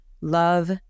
Love